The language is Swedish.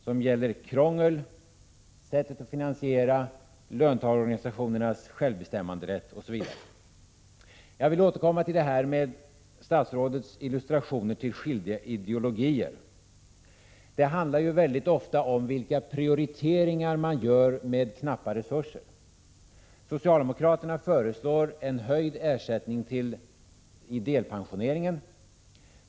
Det rör sig om krångel, sättet att finansiera, löntagarorganisationernas självbestämmanderätt, m.m. Jag vill återkomma till statsrådets illustrationer beträffande skilda ideologier. Det handlar mycket ofta om vilka prioriteringar man gör med knappa resurser. Socialdemokraterna föreslår en höjning av ersättningen när det gäller delpensioneringen.